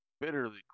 bitterly